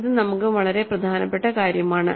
ഇത് നമുക്ക് വളരെ പ്രധാനപ്പെട്ട കാര്യമാണ്